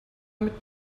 mit